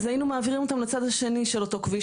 אז היינו מעבירים אותם לצד השני של אותו כביש,